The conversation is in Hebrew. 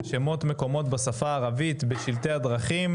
שמות ומקומות בשפה הערבית בשלטי הדרכים,